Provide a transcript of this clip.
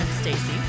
Stacy